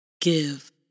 give